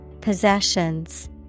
Possessions